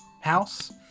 house